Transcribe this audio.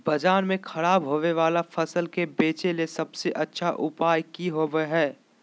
बाजार में खराब होबे वाला फसल के बेचे ला सबसे अच्छा उपाय की होबो हइ?